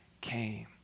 came